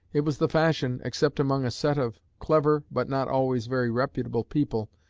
it was the fashion, except among a set of clever but not always very reputable people,